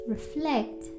reflect